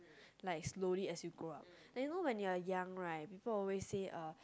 like slowly as you grow up then you know when you are young right people always say uh